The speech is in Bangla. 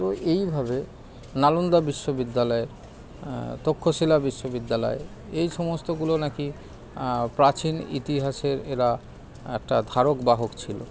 তো এইভাবে নালন্দা বিশ্ববিদ্যালয়ের তক্ষশীলা বিশ্ববিদ্যালয়ের এই সমস্তগুলো নাকি প্রাচীন ইতিহাসের এরা একটা ধারক বাহক ছিল